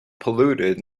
polluted